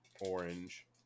orange